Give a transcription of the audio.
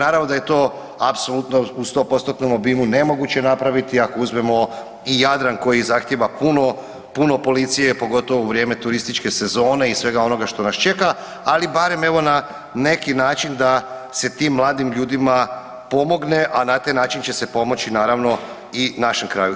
Naravno da je to apsolutno u 100%-tnom obimu nemoguće napraviti ako uzmemo i Jadran koji zahtjeva puno, puno policije, pogotovo u vrijeme turističke sezone i svega onoga što nas čeka, ali barem evo na neki način da se tim mladim ljudima pomogne, a na taj način će se pomoći naravno i našem kraju.